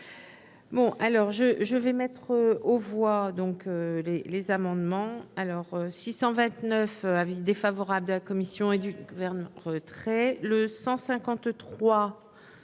Bon alors je je vais mettre aux voix, donc les les amendements alors 629 avis défavorable de la commission et du Gouvernement retrait le 153